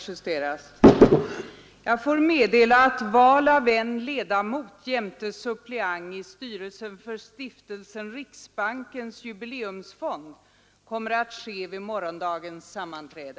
Jag får meddela att val av en ledamot jämte suppleant i styrelsen för Stiftelsen Riksbankens jubileumsfond kommer att ske vid morgondagens sammanträde.